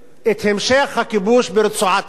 את המשך הכיבוש ברצועת-עזה.